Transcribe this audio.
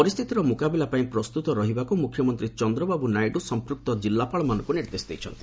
ପରିସ୍ଥିତିର ମୁକାବିଲା ପାଇଁ ପ୍ରସ୍ତୁତ ରହିବାକୁ ମୁଖ୍ୟମନ୍ତ୍ରୀ ଚନ୍ଦ୍ରବାବୁ ନାଇଡୁ ସଂପୃକ୍ତ କିଲ୍ଲାପାଳମାନଙ୍କୁ ନିର୍ଦ୍ଦେଶ ଦେଇଛନ୍ତି